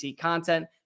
content